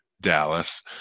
Dallas